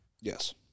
Yes